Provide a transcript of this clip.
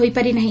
ହୋଇପାରି ନାହି